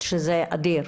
- זה אדיר.